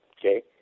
Okay